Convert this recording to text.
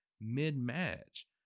mid-match